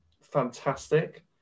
fantastic